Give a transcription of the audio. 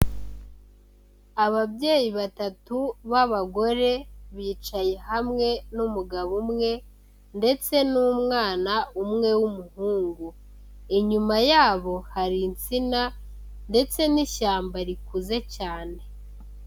Ababyeyi batatu b'abagore, bicaye hamwe n'umugabo umwe ndetse n'umwana umwe w'umuhungu, inyuma yabo hari insina ndetse n'ishyamba rikuze cyane.